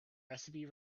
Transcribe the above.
recipe